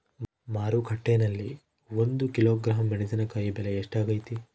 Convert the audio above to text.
ಮಾರುಕಟ್ಟೆನಲ್ಲಿ ಒಂದು ಕಿಲೋಗ್ರಾಂ ಮೆಣಸಿನಕಾಯಿ ಬೆಲೆ ಎಷ್ಟಾಗೈತೆ?